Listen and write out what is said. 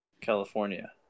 California